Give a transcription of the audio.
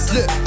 Look